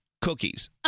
cookies